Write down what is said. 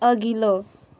अघिल्लो